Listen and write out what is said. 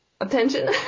attention